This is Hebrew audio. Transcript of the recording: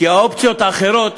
כי האופציות האחרות